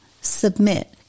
submit